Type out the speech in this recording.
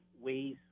ways